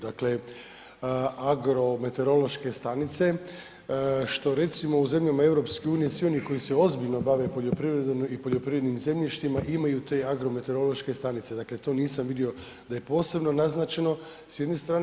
Dakle agrometerološke stanice što recimo u zemljama EU svi oni koji se ozbiljno bave poljoprivrednom i poljoprivrednim zemljištima imaju te agrometeorološke stanice, dakle to nisam vidio da je posebno naznačeno s jedne strane.